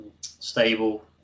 stable